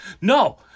No